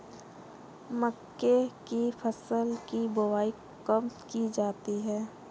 मक्के की फसल की बुआई कब की जाती है?